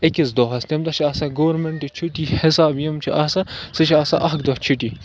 أکِس دۄہَس تَمہِ دۄہ چھِ آسان گورمٮ۪نٛٹٕچ چھُٹی حساب یِم چھِ آسان سُہ چھِ آسان اَکھ دۄہ چھُٹی